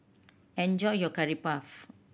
enjoy your Curry Puff